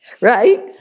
Right